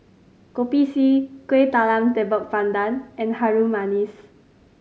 Kopi C Kuih Talam Tepong Pandan and Harum Manis